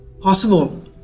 possible